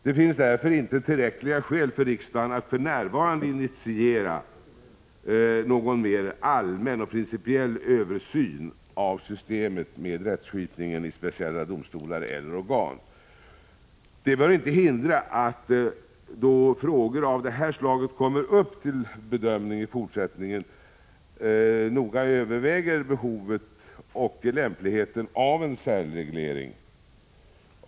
Det finns därför inte tillräckliga skäl för riksdagen att för närvarande initiera någon mer allmän och principiell översyn av systemet med rättskipning i speciella domstolar eller organ. Detta bör inte hindra att man, då frågor av det här slaget kommer upp till bedömning i fortsättningen, noga överväger behovet och lämpligheten av en särreglering.